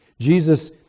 Jesus